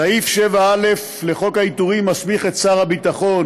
סעיף 7א לחוק העיטורים מסמיך את שר הביטחון,